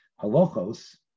Halachos